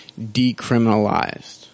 decriminalized